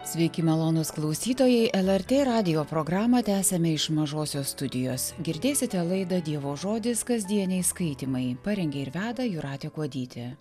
sveiki malonūs klausytojai lrt radijo programą tęsiame iš mažosios studijos girdėsite laidą dievo žodis kasdieniai skaitymai parengė ir veda jūratė kuodytė